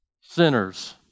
sinners